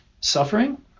suffering